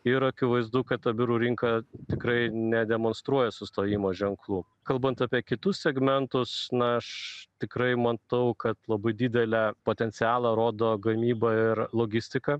ir akivaizdu kad ta biurų rinka tikrai nedemonstruoja sustojimo ženklų kalbant apie kitus segmentus na aš tikrai matau kad labai didelę potencialą rodo gamyba ir logistika